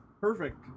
Perfect